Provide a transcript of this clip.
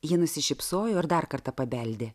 ji nusišypsojo ir dar kartą pabeldė